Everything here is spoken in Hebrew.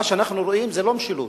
מה שאנחנו רואים זה לא משילות.